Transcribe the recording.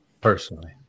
personally